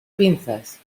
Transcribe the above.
pinzas